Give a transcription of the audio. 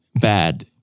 bad